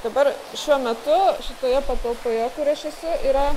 dabar šiuo metu šitoje patalpoje kur aš esu yra